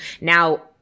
Now –